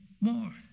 more